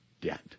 debt